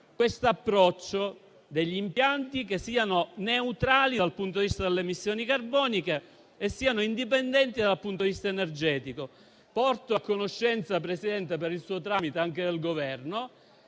questo approccio, che siano impianti neutrali dal punto di vista delle emissioni carboniche e siano indipendenti dal punto di vista energetico. Porto a conoscenza, Presidente, per il suo tramite anche al Governo,